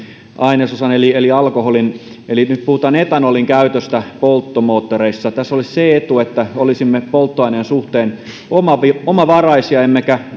ainesosan eli eli alkoholin eli nyt puhutaan etanolin käytöstä polttomoottoreissa tässä olisi se etu että olisimme polttoaineen suhteen omavaraisia omavaraisia emmekä